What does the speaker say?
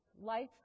life